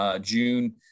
June